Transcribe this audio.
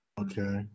Okay